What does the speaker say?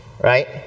right